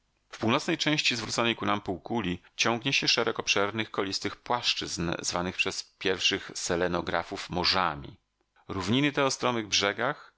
w północnej części zwróconej ku nam półkuli ciągnie się szereg obszernych kolistych płaszczyzn nazwanych przez pierwszych selenografów morzami równiny te o stromych brzegach